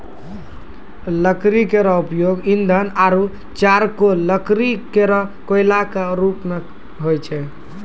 लकड़ी केरो प्रयोग ईंधन आरु चारकोल लकड़ी केरो कोयला क रुप मे होय छै